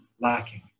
lacking